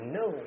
no